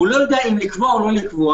הוא לא יודע אם לקבוע או לא לקבוע.